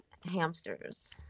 hamsters